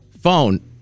Phone